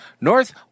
North